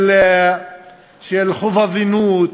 של חובבנות.